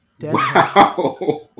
Wow